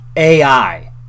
AI